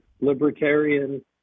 Libertarian